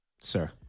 Sir